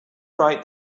write